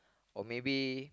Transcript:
or maybe